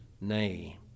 Nay